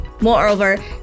Moreover